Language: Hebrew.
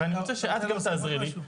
ואני רוצה שאת גם תעזרי לי.